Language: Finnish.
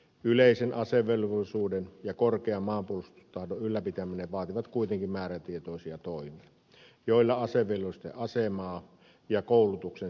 yleisen asevelvollisuuden ja korkean maanpuolustustahdon ylläpitäminen vaatii kuitenkin määrätietoisia toimia joilla asevelvollisten asemaa ja koulutuksen sisältöä kehitetään